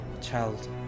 Child